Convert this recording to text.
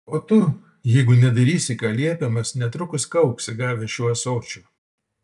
o tu jeigu nedarysi ką liepiamas netrukus kauksi gavęs šiuo ąsočiu